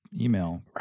email